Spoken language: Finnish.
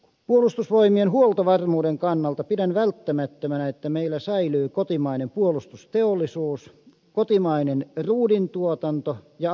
puolustusvoimien huoltovarmuuden kannalta pidän välttämättömänä että meillä säilyy kotimainen puolustusteollisuus kotimainen ruudintuotanto ja ammustuotanto